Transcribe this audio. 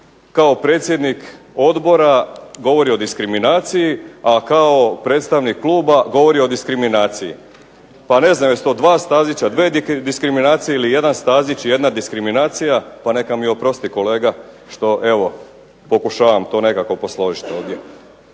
kao predsjednik odbora govori o diskriminaciji, a kao predstavnik kluba govori o diskriminaciji. Pa ne znam jesu to 2 Stazića, 2 diskriminacije ili 1 Stazić i 1 diskriminacija pa neka mi oprosti kolega što evo pokušavam to nekako posložiti ovdje.